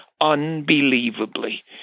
unbelievably